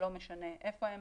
לא משנה איפה הם.